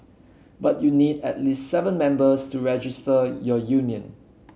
but you need at least seven members to register your union